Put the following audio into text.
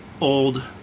old